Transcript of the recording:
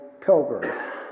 pilgrims